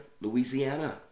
Louisiana